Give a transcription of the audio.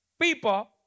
people